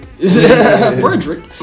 Frederick